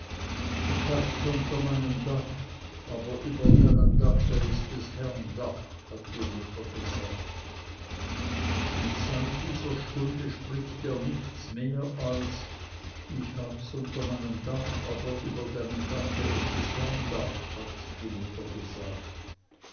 ich habs unter meinem dach aber über deinem dache ist des herrn dach hat die mutter gesagt und seit dieser stunde spricht er nichts mehr als ich habs unter meinem dach aber über deinem dache ist des herrn dach hat die mutter gesagt